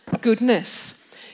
goodness